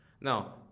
Now